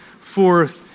forth